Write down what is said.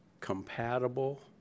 compatible